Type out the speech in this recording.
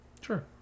Sure